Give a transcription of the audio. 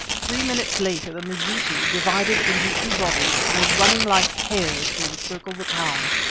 three minutes later the mazitu, divided into two bodies, were running like hares to encircle the town,